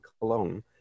cologne